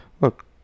Look